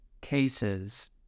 cases